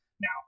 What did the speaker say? now